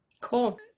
Cool